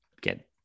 get